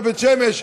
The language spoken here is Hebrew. בבית שמש,